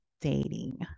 Dating